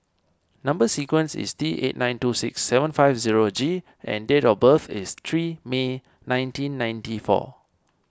Number Sequence is T eight nine two six seven five zero G and date of birth is three May nineteen ninety four